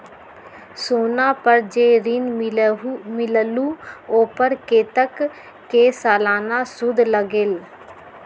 सोना पर जे ऋन मिलेलु ओपर कतेक के सालाना सुद लगेल?